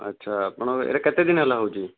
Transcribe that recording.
ଆଚ୍ଛା ଆପଣ ଏଇଟା କେତେଦିନ ହେଲା ହେଉଛି